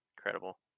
incredible